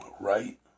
right